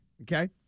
okay